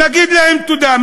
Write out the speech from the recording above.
נגיד להם תודה.